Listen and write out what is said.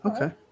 Okay